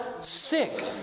sick